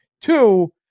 Two